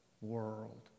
world